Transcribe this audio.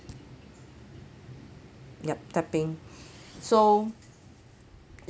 yup typing so